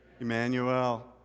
Emmanuel